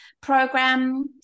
program